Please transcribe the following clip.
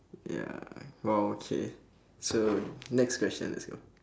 ya !wow! okay so next question let's go